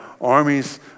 armies